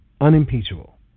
unimpeachable